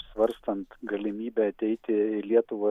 svarstant galimybę ateiti į lietuvą